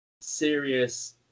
serious